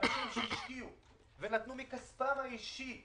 אנשים שהשקיעו ונתנו מכספם האישי,